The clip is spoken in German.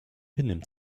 benimmt